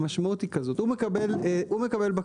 המשמעות היא כזאת הוא מקבל בקשה,